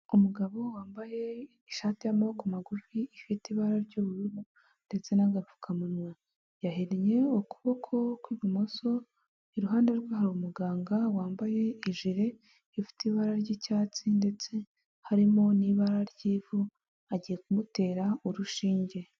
Umugabo wambaye ishati y'amaboko magufi ifite ibara ry'ubururu ndetse n'agapfukamunwa, yahenye ukuboko kw'ibumoso, iruhande rwe hari umuganga wambaye ijiri ifite ibara ry'icyatsi, ndetse harimo n'ibara ry'ivu agiye kumutera urushinge.